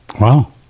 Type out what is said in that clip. Wow